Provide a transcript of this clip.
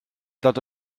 ddod